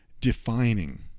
defining